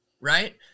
right